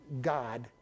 God